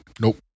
Nope